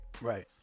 Right